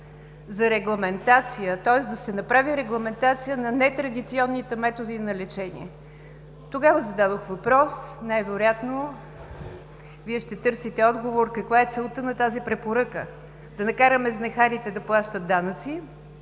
за регламентация, тоест да се направи регламентация на нетрадиционните методи на лечение. Тогава зададох въпрос, най-вероятно Вие ще търсите отговор, каква е целта на тази препоръка – да накараме знахарите да плащат данъци